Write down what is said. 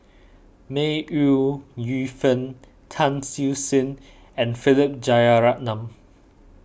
May Ooi Yu Fen Tan Siew Sin and Philip Jeyaretnam